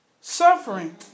Suffering